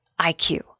IQ